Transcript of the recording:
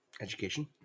Education